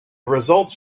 results